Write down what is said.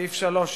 סעיף 3,